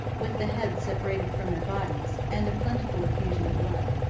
with the heads separated from their bodies, and a plentiful effusion of blood.